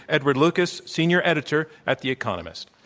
edward lucas, senior editor at the economist.